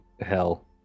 hell